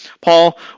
Paul